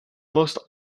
most